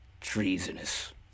treasonous